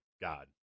god